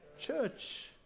church